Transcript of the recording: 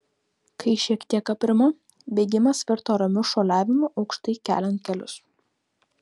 kai šiek tiek aprimo bėgimas virto ramiu šuoliavimu aukštai keliant kelius